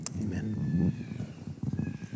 amen